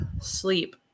sleep